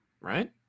right